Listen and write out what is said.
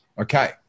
okay